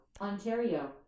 Ontario